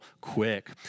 quick